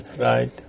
Right